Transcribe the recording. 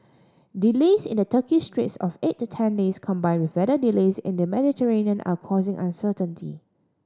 delays in the Turkish straits of eight to ten days combined with weather delays in the Mediterranean are causing uncertainty